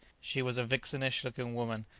she was a vixenish-looking woman,